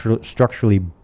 structurally